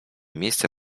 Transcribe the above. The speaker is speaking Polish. miejsce